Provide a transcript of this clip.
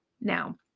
Now